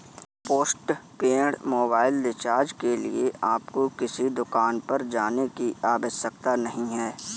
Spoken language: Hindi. पोस्टपेड मोबाइल रिचार्ज के लिए आपको किसी दुकान पर जाने की आवश्यकता नहीं है